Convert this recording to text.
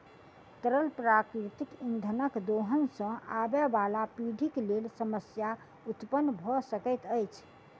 तरल प्राकृतिक इंधनक दोहन सॅ आबयबाला पीढ़ीक लेल समस्या उत्पन्न भ सकैत अछि